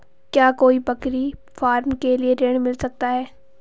क्या कोई बकरी फार्म के लिए ऋण मिल सकता है?